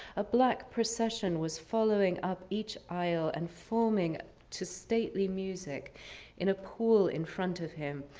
a black procession was following up each aisle and forming to stately music in a pool in front of him.